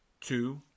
two